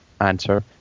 answer